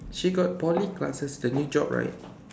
she got Poly classes the new job right